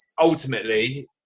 ultimately